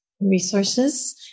resources